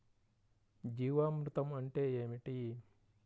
జీవామృతం అంటే ఏమిటి?